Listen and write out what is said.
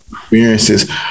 experiences